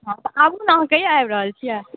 हँ तऽ आबु ने कहिआ आबि रहल छी